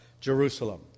Jerusalem